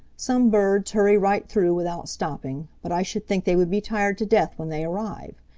some birds hurry right through without stopping, but i should think they would be tired to death when they arrive.